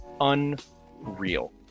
unreal